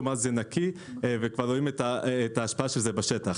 כלומר זה נקי וכבר רואים את ההשפעה של זה בשטח.